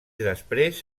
després